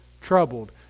troubled